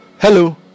Hello